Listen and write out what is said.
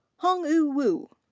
heng-yu wu.